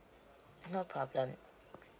no problem